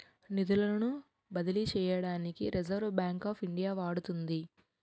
నిధులను బదిలీ చేయడానికి రిజర్వ్ బ్యాంక్ ఆఫ్ ఇండియా వాడుతుంది